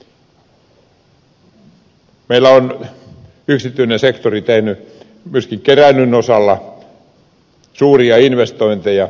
meillä on yksityinen sektori tehnyt myöskin keräilyn osalta suuria investointeja